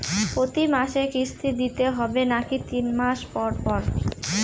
প্রতিমাসে কিস্তি দিতে হবে নাকি তিন মাস পর পর?